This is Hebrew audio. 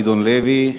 גדעון לוי,